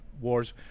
wars